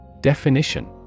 Definition